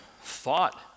thought